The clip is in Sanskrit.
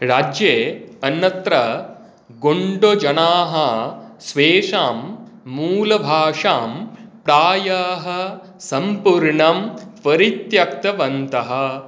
राज्ये अन्यत्र गोण्डजनाः स्वेषां मूलभाषां प्रायः सम्पूर्णं परित्यक्तवन्तः